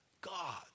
God